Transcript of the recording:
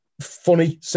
funny